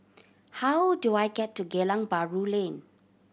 how do I get to Geylang Bahru Lane